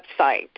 website